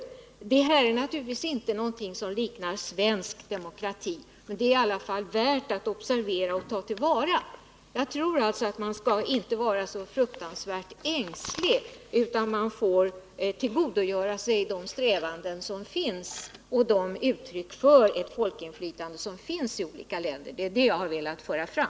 Detta är naturligtvis inte någonting som liknar svensk demokrati, men det är i alla fall värt att observera och ta till vara. Jagtror alltså att man inte skall vara så fruktansvärt ängslig utan att man får tillgodogöra sig de strävanden till och de uttryck för ett folkinflytande som finns i olika länder. Det är det jag velat föra fram.